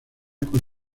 con